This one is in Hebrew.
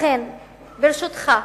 לכן, ברשותך,